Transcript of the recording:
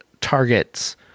Targets